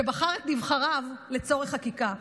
שבחר את נבחריו לצורך חקיקה.